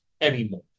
anymore